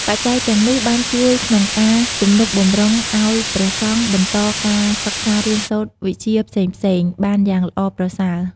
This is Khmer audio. បច្ច័យទាំងនោះ បានជួយក្នុងការទំនុកបម្រុងឱ្យព្រះសង្ឃបន្តការសិក្សារៀនសូត្រវិជ្ជាផ្សេងៗ បានយ៉ាងល្អប្រសើរ។